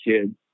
kids